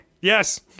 Yes